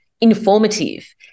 informative